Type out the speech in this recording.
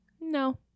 No